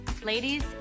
Ladies